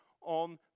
on